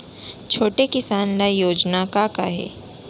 छोटे किसान ल योजना का का हे?